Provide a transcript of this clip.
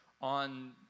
on